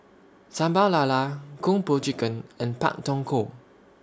Sambal Lala Kung Po Chicken and Pak Thong Ko